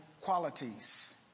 qualities